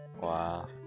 Wow